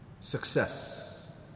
Success